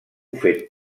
fet